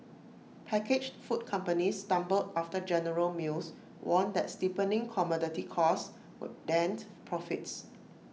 packaged food companies stumbled after general mills warned that steepening commodity costs would dent profits